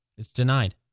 it's denied.